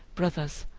brothers,